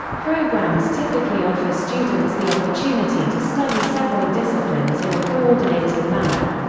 programs typically offer students the opportunity to study several disciplines in a coordinated manner.